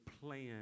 plan